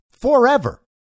forever